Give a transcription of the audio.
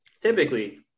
typically